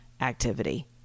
activity